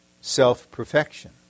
self-perfection